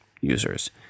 users